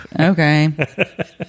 okay